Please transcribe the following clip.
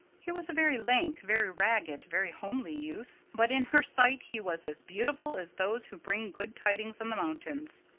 he was a very lank, very ragged, very homely youth. but in her sight he was as beautiful as those who bring good tidings on the mountains.